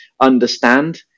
understand